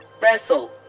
wrestle